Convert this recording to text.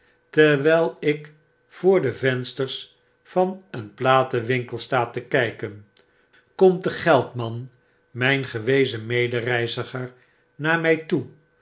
terwyl ik voor de vensters van een platenwinkel sta te kijken komt de geldman mijn gewezen medereiziger naar my toe